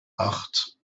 acht